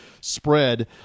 spread